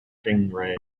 stingray